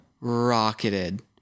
Rocketed